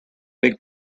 big